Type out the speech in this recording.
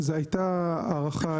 זו הייתה הערכה.